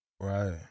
Right